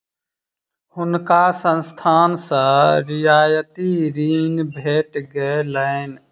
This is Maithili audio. हुनका संस्थान सॅ रियायती ऋण भेट गेलैन